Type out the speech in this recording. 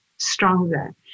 Stronger